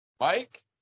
Mike